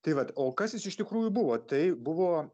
tai vat o kas jis iš tikrųjų buvo tai buvo